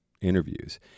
interviews